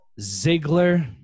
Ziggler